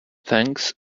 thanks